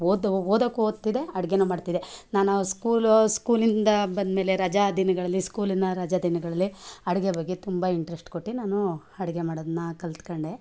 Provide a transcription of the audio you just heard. ಓದು ಓದಕ್ಕೂ ಓದ್ತಿದ್ದೆ ಅಡುಗೆನು ಮಾಡ್ತಿದ್ದೆ ನಾನು ಸ್ಕೂಲ ಸ್ಕೂಲಿಂದ ಬಂದಮೇಲೆ ರಜಾ ದಿನಗಳಲ್ಲಿ ಸ್ಕೂಲಿನ ರಜಾ ದಿನಗಳಲ್ಲಿ ಅಡುಗೆ ಬಗ್ಗೆ ತುಂಬ ಇಂಟ್ರೆಸ್ಟ್ ಕೊಟ್ಟೆ ನಾನು ಅಡುಗೆ ಮಾಡೋದನ್ನ ಕಲ್ತುಕೊಂಡೆ